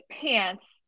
pants